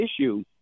issue